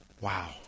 Wow